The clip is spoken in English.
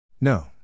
No